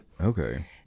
Okay